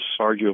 arguably